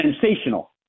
sensational